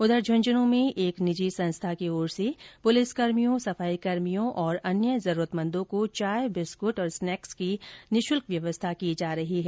उधर झुंझुन् में एक निजी संस्था की ओर से पुलिसकर्मियों सफाईकर्मियों और अन्य जरूरतमंदों को चाय बिस्कृट तथा स्नेक्स की निशुल्क व्यवस्था की जा रही है